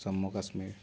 Jammu Kashmir